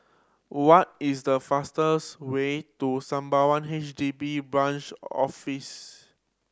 what is the fastest way to Sembawang H D B Branch Office